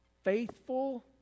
Faithful